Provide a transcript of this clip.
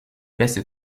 épaisses